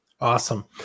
Awesome